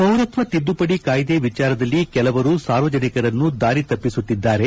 ಪೌರತ್ವ ತಿದ್ದುಪಡಿ ಕಾಯ್ದೆ ವಿಚಾರದಲ್ಲಿ ಕೆಲವರು ಸಾರ್ವಜನಿಕರನ್ನು ದಾರಿತಪ್ಪಿಸುತ್ತಿದ್ದಾರೆ